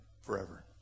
forever